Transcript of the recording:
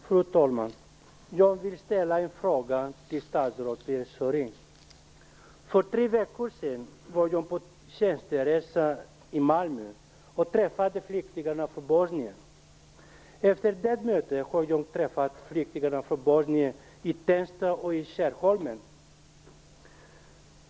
Fru talman! Jag vill ställa en fråga till statsrådet För tre veckor sedan var jag på tjänsteresa i Malmö och träffade flyktingar från Bosnien. Efter det mötet har jag träffat flyktingar från Bosnien i Tensta och i Skärholmen.